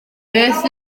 beth